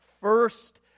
first